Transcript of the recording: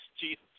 Jesus